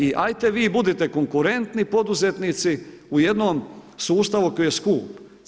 I aj'te vi budite konkurentni poduzetnici u jednom sustavu koji je skup.